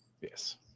Yes